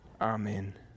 Amen